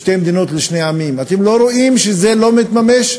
שתי מדינות לשני עמים, אתם לא רואים שזה לא מתממש?